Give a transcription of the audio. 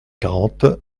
quarante